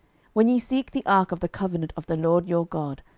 when ye see the ark of the covenant of the lord your god,